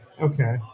Okay